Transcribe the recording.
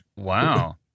Wow